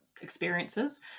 experiences